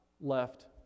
left